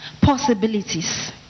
possibilities